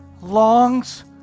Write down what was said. longs